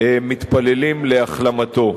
מתפללים להחלמתו.